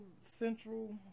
Central